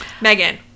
Megan